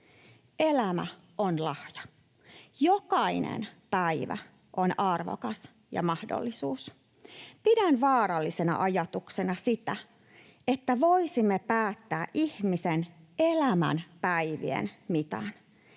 Elämä on lahja. Jokainen päivä on arvokas ja mahdollisuus. Pidän vaarallisena ajatuksena sitä, että voisimme päättää ihmisen elämän päivien mitan.